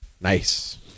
Nice